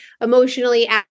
emotionally